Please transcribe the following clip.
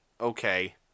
okay